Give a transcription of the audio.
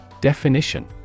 Definition